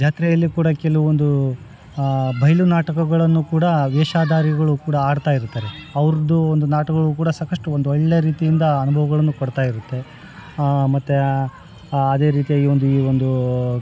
ಜಾತ್ರೆಯಲ್ಲಿ ಕೂಡ ಕೆಲವೊಂದು ಬೈಲು ನಾಟಕಗಳನ್ನು ಕೂಡ ವೇಷಧಾರಿಗಳು ಕೂಡ ಆಡ್ತಾ ಇರ್ತಾರೆ ಅವ್ರದ್ದು ಒಂದು ನಾಟಕಗಳು ಕೂಡ ಸಾಕಷ್ಟು ಒಂದು ಒಳ್ಳೆ ರೀತಿಯಿಂದ ಅನುಭವಗಳನ್ನು ಕೊಡ್ತಾಯಿರುತ್ತೆ ಮತ್ತೆ ಅದೇ ರೀತಿಯಾಗಿ ಈ ಒಂದು ಈ ಒಂದು